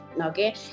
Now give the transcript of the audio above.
okay